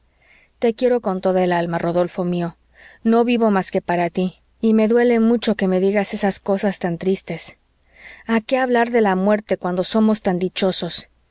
te quiero con toda el alma rodolfo mío no vivo más que para tí y me duele mucho que me digas esas cosas tan tristes a qué hablar de la muerte cuando somos tan dichosos